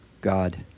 God